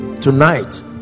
tonight